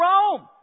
Rome